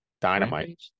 Dynamite